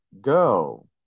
go